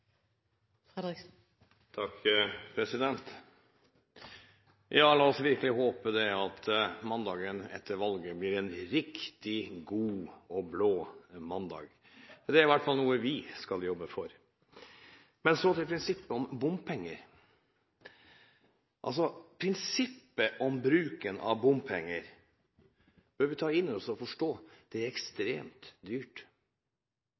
i hvert fall noe vi skal jobbe for. Men så til prinsippet om bompenger. Prinsippet om bruken av bompenger bør vi ta inn over oss og forstå at det er ekstremt dyrt.